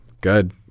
Good